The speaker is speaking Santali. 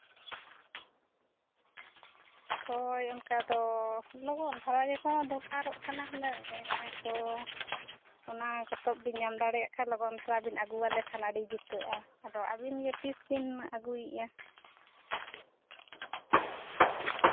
ᱦᱳᱭ ᱚᱱᱠᱟ ᱫᱚ ᱞᱚᱜᱚᱱ ᱫᱷᱟᱨᱟ ᱜᱮ ᱫᱚᱨᱠᱟᱨᱚᱜ ᱠᱟᱱᱟ ᱦᱩᱱᱟᱹᱝ ᱢᱮᱱᱮᱜᱼᱟ ᱠᱚ ᱚᱱᱟ ᱯᱚᱛᱚᱵ ᱜᱮ ᱧᱟᱢ ᱫᱟᱲᱮᱭᱟᱜ ᱠᱷᱟᱡ ᱞᱚᱜᱚᱱ ᱫᱷᱟᱨᱟ ᱵᱮᱱ ᱟᱹᱜᱩᱣᱟᱞᱮᱭᱟ ᱠᱷᱟᱱ ᱟᱹᱰᱤ ᱡᱩᱛᱩᱜᱼᱟ ᱟᱫᱚ ᱟᱵᱤᱱ ᱜᱮ ᱛᱤᱥ ᱵᱤᱱ ᱟᱹᱜᱩᱭᱮᱜᱼᱟ